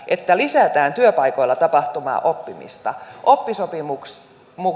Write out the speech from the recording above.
että lisätään työpaikoilla tapahtuvaa oppimista oppisopimukseen